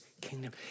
kingdom